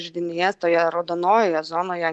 židinyje toje raudonojoje zonoje